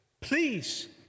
please